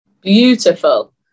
Beautiful